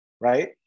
right